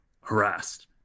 harassed